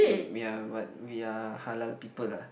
um ya but we're halal people lah